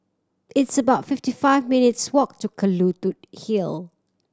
it's about fifty five minutes' walk to Kelulut Hill